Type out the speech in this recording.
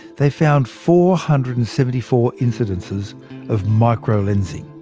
they found four hundred and seventy four incidences of microlensing.